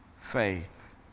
faith